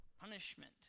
punishment